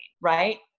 right